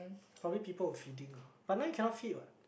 probably people who feeding lah but now you cannot feed what